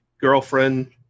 girlfriend